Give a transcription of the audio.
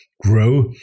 grow